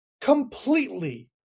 completely